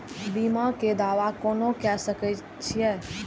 बीमा के दावा कोना के सके छिऐ?